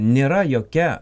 nėra jokia